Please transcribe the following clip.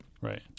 Right